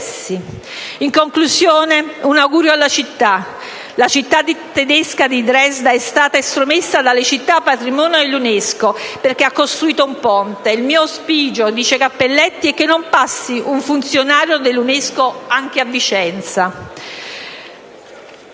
rivolge un augurio alla città: «La città tedesca di Dresda è stata estromessa dalle città patrimonio dell'UNESCO perché ha costruito un ponte; il mio auspicio è che non passi un funzionario dell'UNESCO anche a Vicenza».